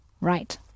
Right